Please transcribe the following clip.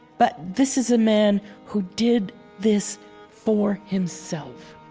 but this is a man who did this for himself